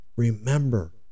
Remember